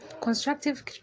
constructive